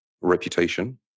reputation